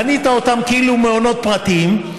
בנית אותם כאילו הם מעונות פרטיים,